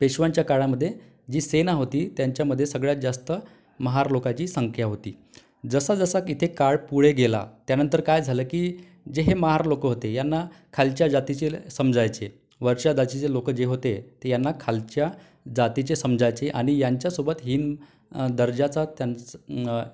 पेशवांच्या काळामध्ये जी सेना होती त्यांच्यामध्ये सगळ्यात जास्त महार लोकाची संख्या होती जसा जसा कित्येक काळ पुढे गेला त्यानंतर काय झालं की जे हे महार लोकं होते यांना खालच्या जातीचे समजायचे वरच्या जातीचे लोक जे होते ते यांना खालच्या जातीचे समजायचे आणि याच्यासोबत हीन दर्जाचा त्यांचा